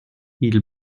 ils